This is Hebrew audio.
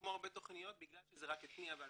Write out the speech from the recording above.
כמו הרבה תכניות, בגלל שזה רק התניע ב-2016,